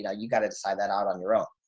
yeah you got to decide that out on your own.